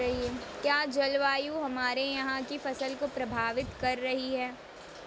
क्या जलवायु हमारे यहाँ की फसल को प्रभावित कर रही है?